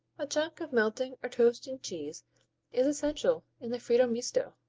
a chunk of melting or toasting cheese is essential in the fritto misto,